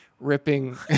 ripping